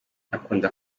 akunda